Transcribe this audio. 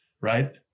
right